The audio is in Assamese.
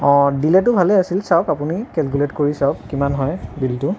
অঁ দিলেতো ভালে আছিল চাওঁক আপুনি কেলকুলেট কৰি চাওঁক কিমান হয় বিলটো